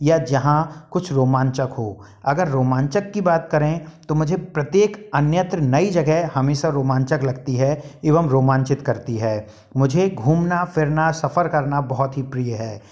या जहाँ कुछ रोमांचक हो अगर रोमांचक की बात करें तो मुझे प्रत्येक अन्यत्र नई जगह हमेशा रोमांचक लगती है एवं रोमांचित करती है मुझे घूमना फिरना सफर करना बहुत ही प्रिय है